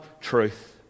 truth